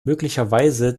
möglicherweise